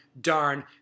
darn